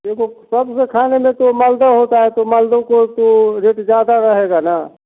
देखो सबसे खाने में तो मालदह होता है तो मालदह को तो रेट ज़्यादा रहेगा न